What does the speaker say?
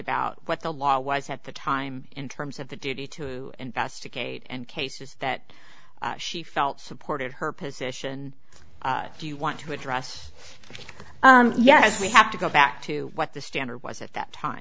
about what the law was at the time in terms of the duty to investigate and cases that she felt supported her position if you want to address yes we have to go back to what the standard was at that time